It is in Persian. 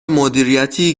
مدیریتی